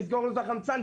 לסגור לו את החמצן,